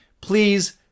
Please